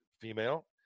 female